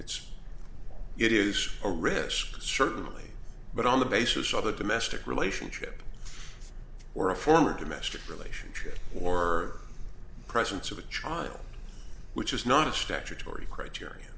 it's it is a risk certainly but on the basis of a domestic relationship or a former domestic relationship or presence of a trial which is not a statutory criteria